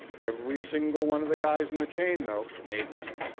every single one of the guys in the chain though made money.